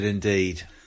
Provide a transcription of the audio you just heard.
indeed